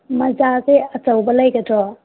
ꯃꯖꯥꯁꯦ ꯑꯆꯧꯕ ꯂꯩꯒꯗ꯭ꯔꯣ